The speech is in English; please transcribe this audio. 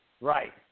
Right